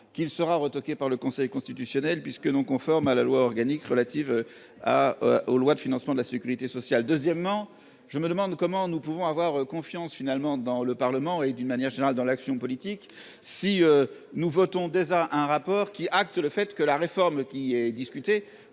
qu'il sera retoquée par le Conseil constitutionnel puisque non conforme à la loi organique relative à aux lois de financement de la Sécurité sociale. Deuxièmement, je me demande comment nous pouvons avoir confiance finalement dans le Parlement et d'une manière générale dans l'action politique, si nous votons des à un rapport qui acte le fait que la réforme qui est discuté,